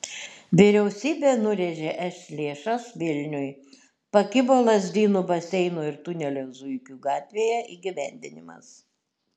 vyriausybė nurėžė es lėšas vilniui pakibo lazdynų baseino ir tunelio zuikių gatvėje įgyvendinimas